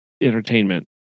entertainment